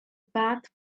bath